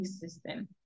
system